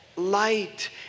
light